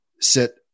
sit